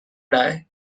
die